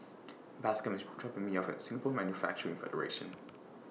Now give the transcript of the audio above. Bascom IS dropping Me off At Singapore Manufacturing Federation